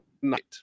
tonight